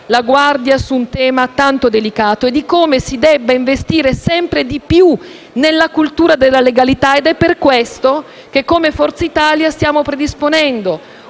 la guardia su un tema tanto delicato e d'investire sempre di più nella cultura della legalità. È per questo che, come Gruppo Forza Italia, stiamo predisponendo